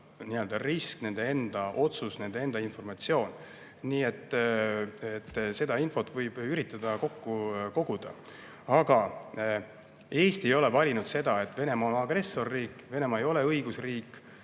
risk, nende enda otsus, nende enda informatsioon. Aga seda infot võib ju üritada kokku koguda. Eesti ei ole valinud seda, et Venemaa on agressorriik. Venemaa ei ole õigusriik